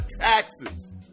taxes